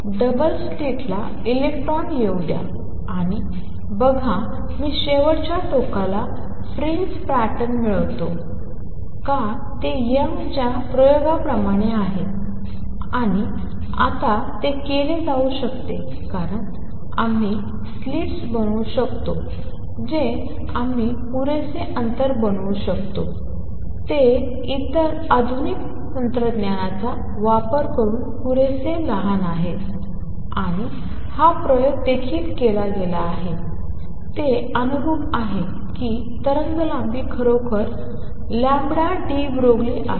double स्लिटला electron येऊ द्या आणि बघा मी शेवटच्या टोकाला फ्रिंज पॅटर्न मिळवतो का ते यंगच्या प्रयोगाप्रमाणे आहे आणि आता ते केले जाऊ शकते कारण आम्ही स्लिट्स बनवू शकतो जे आम्ही पुरेसे अंतर बनवू शकतो ते जे इतर आधुनिक तंत्रज्ञानाचा वापर करून पुरेसे लहान आहेत आणि हा प्रयोग देखील केला गेला आहे आणि ते अनुरूप आहे की तरंगलांबी खरोखर λ deBroglie आहे